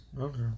Okay